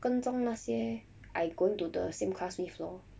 我跟踪那些 I going to the same class with lor